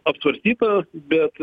apsvarstyta bet